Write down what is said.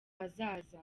hazaza